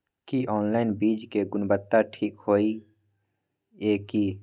की online बीज के गुणवत्ता ठीक होय ये की?